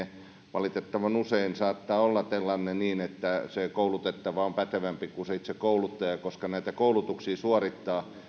valitettavan usein saattaa olla tilanne niin että se koulutettava on pätevämpi kuin itse kouluttaja koska näitä koulutuksia suorittavat